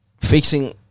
fixing